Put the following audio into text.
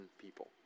people